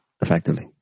effectively